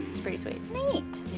it's pretty sweet. neat.